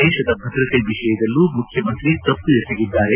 ದೇಶದ ಭದ್ರತೆ ವಿಷಯದಲ್ಲೂ ಮುಖ್ಯಮಂತ್ರಿ ತಪ್ಪು ಎಸಗಿದ್ದಾರೆ